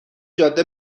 جاده